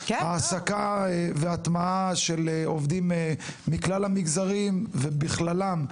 העסקה והטמעה של עובדים מכלל המגזרים ובכללם,